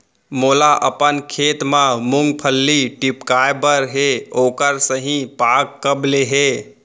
मोला अपन खेत म मूंगफली टिपकाय बर हे ओखर सही पाग कब ले हे?